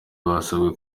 basabwe